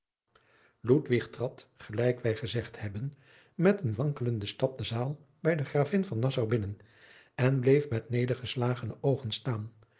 trad gelijk wij gezegd hebben met een wankelenden stap de zaal bij de gravin van nassau binnen en bleef met nedergeslagene oogen staan